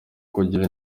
kugira